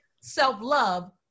self-love